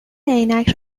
عینک